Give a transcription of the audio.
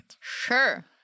Sure